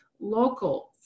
local